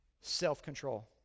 self-control